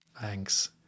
Thanks